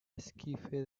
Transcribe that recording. esquife